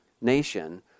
nation